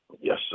Yes